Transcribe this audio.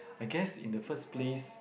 I guess in the first place